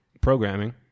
programming